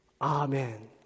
amen